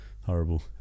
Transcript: Horrible